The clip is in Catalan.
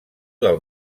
del